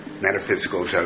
metaphysical